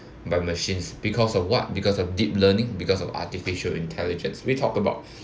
by machines because of what because of deep learning because of artificial intelligence we talked about